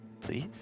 please